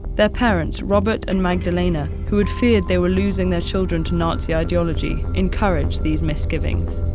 their parents robert and magdalena, who had feared they were losing their children to nazi ideology, encouraged these misgivings.